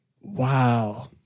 Wow